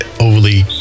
overly